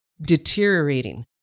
deteriorating